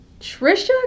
Trisha